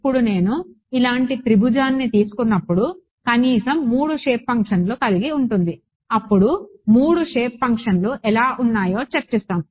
ఇప్పుడు నేను ఇలాంటి త్రిభుజాన్ని తీసుకున్నప్పుడు కనీసం 3 షేప్ ఫంక్షన్లు కలిగి ఉంటుంది అప్పుడు 3 షేప్ ఫంక్షన్లు ఎలా ఉన్నాయో చర్చిస్తాం